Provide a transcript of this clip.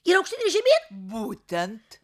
ir aukštyn ir žemyn būtent